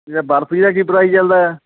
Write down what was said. ਅਤੇ ਬਰਫੀ ਦਾ ਕੀ ਪ੍ਰਾਈਜ਼ ਚਲਦਾ ਆ